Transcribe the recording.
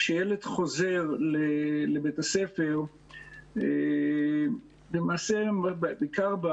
כשילד חוזר לבית הספר למעשה בעיקר,